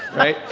right?